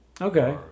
Okay